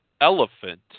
elephant